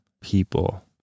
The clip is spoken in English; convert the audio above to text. people